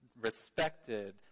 respected